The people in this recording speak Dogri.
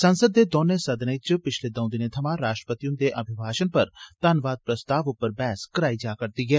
संसद दे दौनें सदनें च पिच्छले दंऊ दिनें थमां राश्ट्रपति ह्न्दे अभिभाशण पर धन्नवाद प्रस्ताव पर बैहस कराई जा करदी ऐ